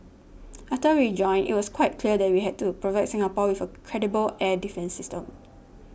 after we joined it was quite clear that we had to provide Singapore with a credible air defence system